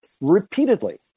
Repeatedly